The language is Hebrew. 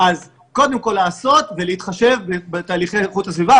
אז קודם כול לעשות ולהתחשב בתהליכי איכות הסביבה,